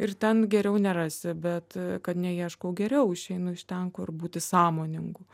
ir ten geriau nerasi bet kad neieškau geriau išeinu iš ten kur būti sąmoningu